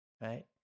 Right